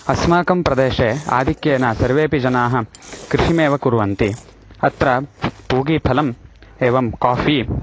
अस्माकं प्रदेशे आधिक्येन सर्वेऽपि जनाः कृषिमेव कुर्वन्ति अत्र पूगीफलम् एवं काफ़ी